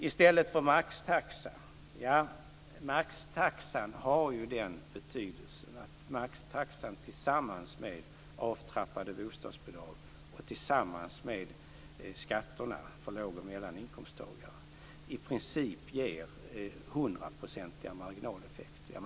I stället för maxtaxa - ja, maxtaxan har ju den betydelsen att den tillsammans med de avtrappadede bostadsbidragen och skatterna för låg och medelinkomsttagare i princip ger hundraprocentiga marginaleffekter.